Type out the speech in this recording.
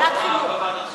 לוועדת חינוך.